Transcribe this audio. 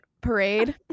parade